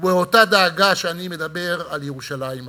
ובאותה דאגה שאני מדבר על ירושלים עצמה.